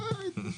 די,